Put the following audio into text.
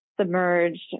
submerged